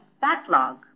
backlog